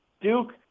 Duke